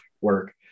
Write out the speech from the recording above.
work